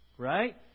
Right